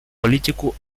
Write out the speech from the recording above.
политику